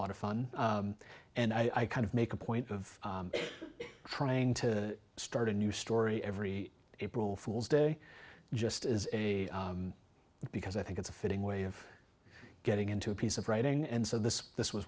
lot of fun and i kind of make a point of trying to start a new story every april fool's day just as a because i think it's a fitting way of getting into a piece of writing and so this this was